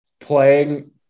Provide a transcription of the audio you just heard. playing